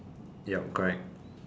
ya correct